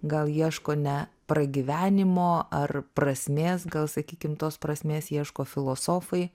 gal ieško ne pragyvenimo ar prasmės gal sakykim tos prasmės ieško filosofai